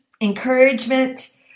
encouragement